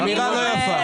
אמירה לא יפה.